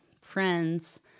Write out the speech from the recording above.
friends